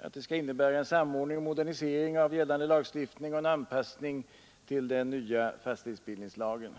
avser ju innebära en samordning och en modernisering av gällande lagstiftning samt en anpassning till den nya fastighets bildningslagen.